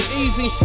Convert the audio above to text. easy